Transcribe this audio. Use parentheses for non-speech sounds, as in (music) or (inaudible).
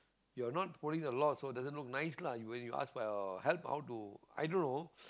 you're not following the law so doesn't look nice lah you when you ask for help how to i don't know (breath)